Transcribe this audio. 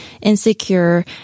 insecure